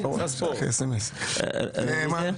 רוויזיה.